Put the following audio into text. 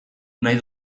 nahi